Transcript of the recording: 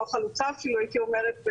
או החלוצה אפילו הייתי אומרת,